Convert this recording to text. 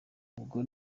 ubwo